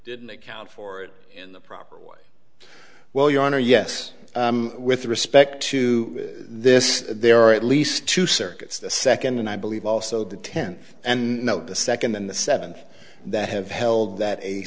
didn't account for it in the proper way well your honor yes with respect to this there are at least two circuits the second and i believe also the tenth and now the second then the seventh that have held that a